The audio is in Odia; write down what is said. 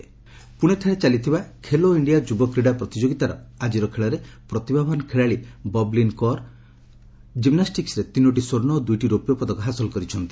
Khelo India J and K ପୁଣେଠାରେ ଚାଲିଥିବା ଖେଲୋ ଇଣ୍ଡିଆ ଯୁବ କ୍ରୀଡ଼ା ପ୍ରତିଯୋଗିତାର ଆକ୍ଟିର ଖେଳରେ ପ୍ରତିଭାବାନ୍ ଖେଳାଳି ବବଲିନ୍ କୌର କିମ୍ବାଷ୍ଟିକସ୍ରେ ତିନୋଟି ସ୍ୱର୍ଷ୍ଣ ଓ ଦୁଇଟି ରୌପ୍ୟ ପଦକ ହାସଲ କରିଛନ୍ତି